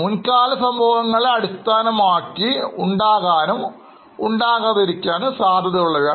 മുൻകാല സംഭവങ്ങളെ അടിസ്ഥാനമാക്കി ഇത് ഉണ്ടാകാനും ഉണ്ടാകാതിരിക്കാനും സാധ്യതയുള്ളവയാണ്